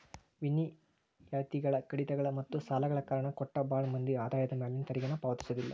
ವಿನಾಯಿತಿಗಳ ಕಡಿತಗಳ ಮತ್ತ ಸಾಲಗಳ ಕಾರಣ ಕೊಟ್ಟ ಭಾಳ್ ಮಂದಿ ಆದಾಯದ ಮ್ಯಾಲಿನ ತೆರಿಗೆನ ಪಾವತಿಸೋದಿಲ್ಲ